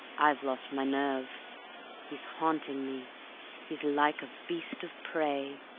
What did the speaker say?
i've lost my nerve he's haunting me he's like a beast of prey,